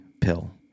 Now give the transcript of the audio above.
pill